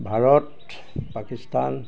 Bharat Pakistan